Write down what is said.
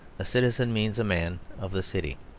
a citizen means a man of the city.